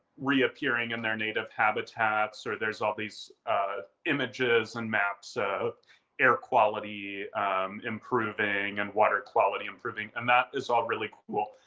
reappearing in their native habitats, or there's all these images and maps of air quality improving and water quality improving, and that is all really cool.